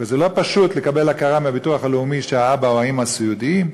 וזה לא פשוט לקבל הכרה מהביטוח הלאומי שהאבא או האימא סיעודיים,